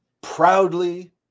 proudly